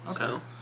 Okay